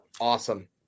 Awesome